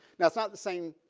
that's not the same.